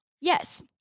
yes